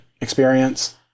experience